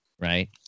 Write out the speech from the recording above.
right